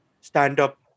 stand-up